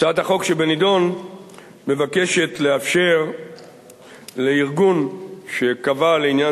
הצעת החוק שבנדון מבקשת לאפשר לארגון שקבע לעניין